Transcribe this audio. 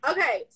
Okay